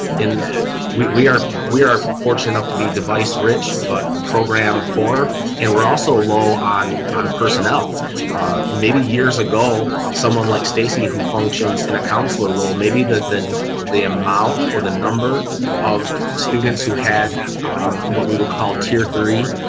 that we are we are fortunate enough to be device rich but program poor and we're also low on on personnel maybe years ago someone like stacy who functions in a counselor role. maybe the then the amount or the number of students who had what we would call tier three